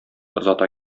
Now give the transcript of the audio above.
озата